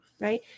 Right